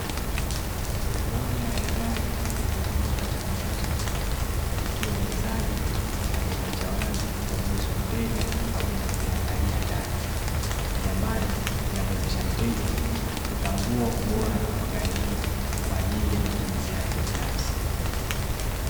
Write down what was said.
Moja ya gari lililokuwa katika mauzo, ikiwa muuzaji ameliacha wazi kuruhusu mteja aweze kuliangalia ndani, hali ambayo inamuwezesha mteja kutambua ubora wa gari hilo, kwa ajili ya matumizi yake binafsi.